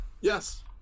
Yes